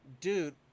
Dude